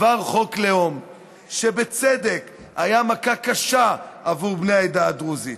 עבר חוק לאום שבצדק היה מכה קשה עבור העדה בני הדרוזית,